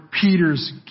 Peter's